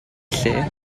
lle